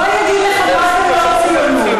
בוא אני אגיד לך מה זה לא ציונות.